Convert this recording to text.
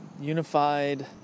unified